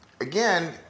again